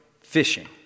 fishing